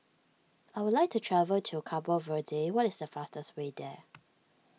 I would like to travel to Cabo Verde what is the fastest way there